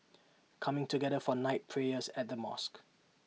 coming together for night prayers at the mosque